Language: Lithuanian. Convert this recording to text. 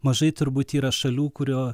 mažai turbūt yra šalių kurio